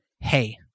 hey